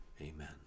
Amen